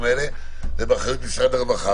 זה באחריות משרד הרווחה.